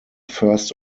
first